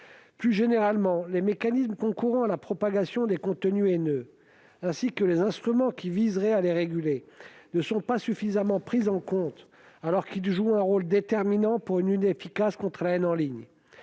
Plus généralement, les mécanismes concourant à la propagation des contenus haineux, ainsi que les instruments qui viseraient à les réguler, ne sont pas suffisamment pris en compte pour une lutte efficace contre la haine en ligne.